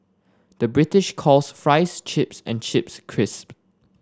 the British calls fries chips and chips crisp